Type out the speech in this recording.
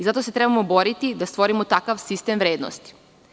Zato se trebamo boriti da stvorimo takav sistem vrednosti.